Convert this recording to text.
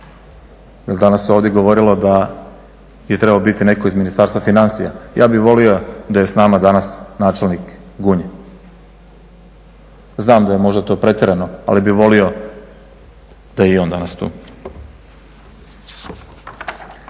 jer danas se ovdje govorilo da je trebao biti netko iz Ministarstva financija, ja bih volio da je s nama danas načelnik Gunje. Znam da je možda to pretjerano ali bih volio da je i on danas tu.